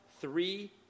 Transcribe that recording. three